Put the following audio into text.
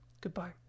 Goodbye